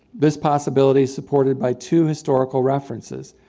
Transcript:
this possibility is supported by two historical references.